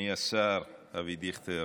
אדוני השר אבי דיכטר,